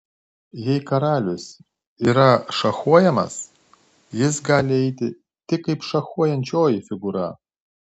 jei karalius yra šachuojamas jis gali eiti tik kaip šachuojančioji figūra